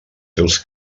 seus